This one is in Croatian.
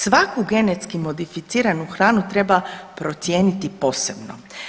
Svaku genetski modificiranu hranu treba procijeniti posebno.